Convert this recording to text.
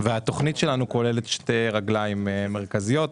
והתכנית שלנו כוללת שתי רגליים מרכזיות.